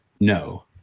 No